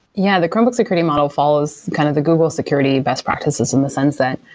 yeah, the chromebook security model follows kind of the google security best practices in the sunset.